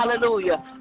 hallelujah